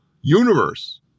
universe